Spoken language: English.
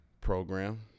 program